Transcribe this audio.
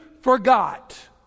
forgot